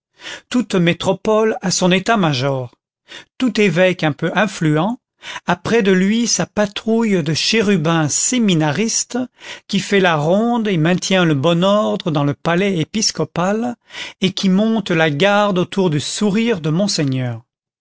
toute métropole a son état-major tout évêque un peu influent a près de lui sa patrouille de chérubins séminaristes qui fait la ronde et maintient le bon ordre dans le palais épiscopal et qui monte la garde autour du sourire de monseigneur